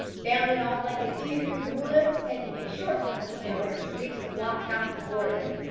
bounded off like a deer through the woods, taking a short cut in order to reach the block-house before them.